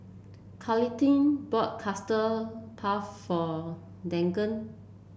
Carleton bought Custard Puff for Deegan